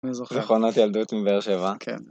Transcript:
זכרונות ילדות מבאר שבע.